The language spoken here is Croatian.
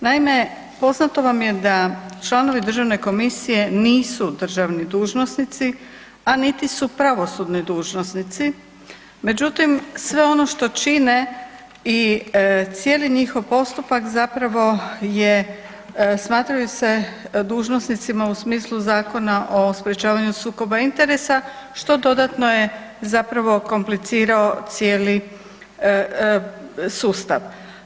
Naime, poznato vam je da članovi Državne komisije nisu državni dužnosnici a niti su pravosudni dužnosnici međutim sve ono što čine i cijeli njihov postupak, zapravo je smatraju dužnosnicima u smislu Zakona o sprječavanju sukoba interesa što dodatno je zapravo komplicirao cijeli sustav.